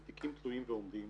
על תיקים תלויים ועומדים,